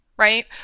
right